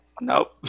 Nope